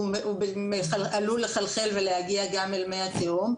הוא עלול לחלחל ולהגיע גם אל מי התהום,